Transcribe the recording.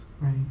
right